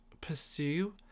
pursue